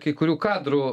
kai kurių kadrų